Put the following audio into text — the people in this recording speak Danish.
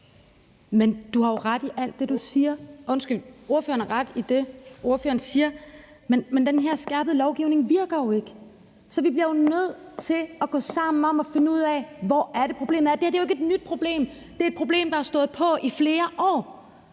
Ordføreren. Kl. 10:41 Rosa Eriksen (M): Ordføreren har ret i det, ordføreren siger, men den her skærpede lovgivning virker jo ikke, så vi bliver nødt til at gå sammen om at finde ud af, hvor problemet er. Det her er jo ikke et nyt problem. Det er et problem, der har været der i flere år.